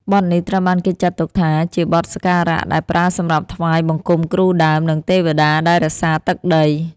បទនេះត្រូវបានគេចាត់ទុកថាជាបទសក្ការៈដែលប្រើសម្រាប់ថ្វាយបង្គំគ្រូដើម និងទេវតាដែលរក្សាទឹកដី